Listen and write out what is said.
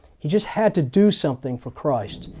he just had to do something for christ.